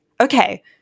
okay